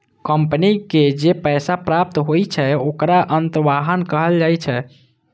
company के जे पैसा प्राप्त होइ छै, ओखरा अंतर्वाह कहल जाइ छै